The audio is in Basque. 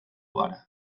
gara